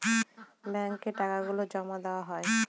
ব্যাঙ্কে টাকা গুলো জমা দেওয়া হয়